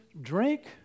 Drink